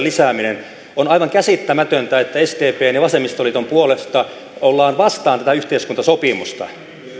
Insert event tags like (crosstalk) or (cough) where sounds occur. (unintelligible) lisääminen on aivan käsittämätöntä että sdpn ja vasemmistoliiton puolesta ollaan vastaan tätä yhteiskuntasopimusta